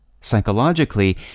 Psychologically